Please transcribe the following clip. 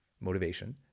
motivation